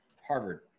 Harvard